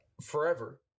forever